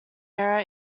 error